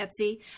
Etsy